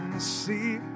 see